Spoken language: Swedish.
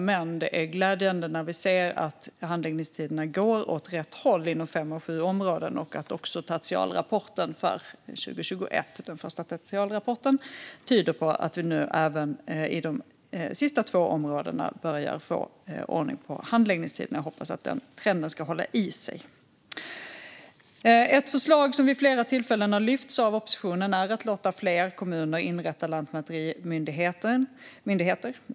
Men det är glädjande när vi ser att handläggningstiderna går åt rätt håll inom fem av sju områden och att tertialrapporten för 2021 tyder på att vi även i de sista två områdena nu börjar få ordning på handläggningstiderna. Jag hoppas att den trenden ska hålla i sig. Ett förslag som vid flera tillfällen har lyfts av oppositionen är att man ska låta fler kommuner inrätta lantmäterimyndigheter.